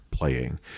playing